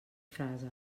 frase